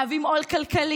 הם מהווים עול כלכלי,